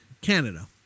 Canada